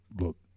Look